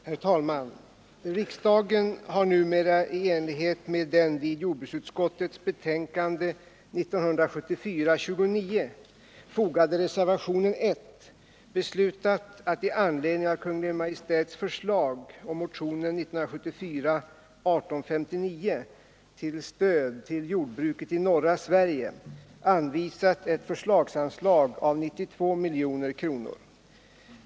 Herr talman! Riksdagen har numera i enlighet med den vid jordbruksutskottets betänkande 1974:29 fogade reservationen 1 beslutat att i anledning av Kungl. Maj:ts förslag och motionen 1974:1859 till Stöd till jordbruket i norra Sverige anvisa ett förslagsanslag av 92 000 000 kronor.